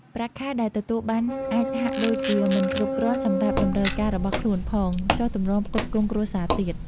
ប្រាក់ខែដែលទទួលបានអាចហាក់ដូចជាមិនគ្រប់គ្រាន់សម្រាប់តម្រូវការរបស់ខ្លួនផង ចុះទម្រាំផ្គត់ផ្គង់គ្រួសារទៀត។